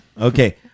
Okay